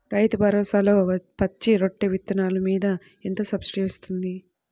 రైతు భరోసాలో పచ్చి రొట్టె విత్తనాలు మీద ఎంత సబ్సిడీ ఇస్తుంది?